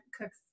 cooks